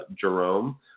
Jerome